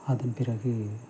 அதன் பிறகு